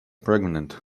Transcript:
pregnant